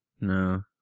No